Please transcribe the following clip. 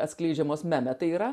atskleidžiamos meme tai yra